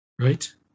right